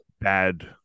bad